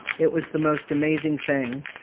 it was the most amazing thing.